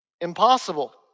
Impossible